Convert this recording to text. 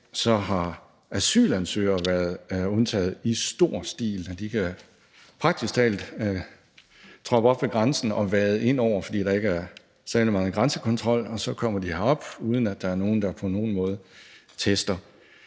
så har asylansøgere været undtaget i stor stil. De kan praktisk talt troppe op ved grænsen og vade ind over den, fordi der ikke er særlig meget grænsekontrol, og så kommer de herop, uden at der er nogen, der på nogen måde tester